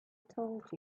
told